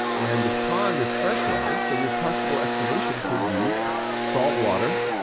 and this pond is fresh water, so your testable explanation could be salt water,